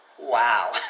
wow